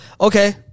Okay